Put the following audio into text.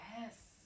Yes